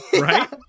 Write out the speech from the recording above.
right